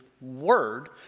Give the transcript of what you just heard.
word